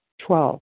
Twelve